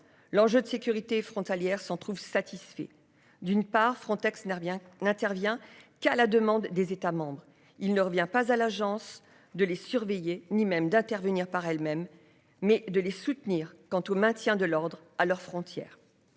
L'enjeu de sécurité frontalière s'en trouve satisfait d'une part Frontex nerfs bien n'intervient qu'à la demande des États. Il ne revient pas à l'agence de les surveiller, ni même d'intervenir par elles-mêmes mais de les soutenir. Quant au maintien de l'ordre à leurs frontières.